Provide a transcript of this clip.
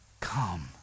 Come